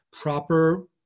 proper